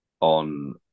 on